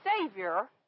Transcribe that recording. Savior